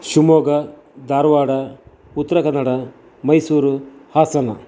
Shivamogga Dharwad Uttara Kannada Mysuru Hassan